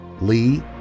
Lee